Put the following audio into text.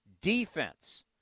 Defense